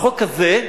החוק הזה,